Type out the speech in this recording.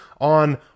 on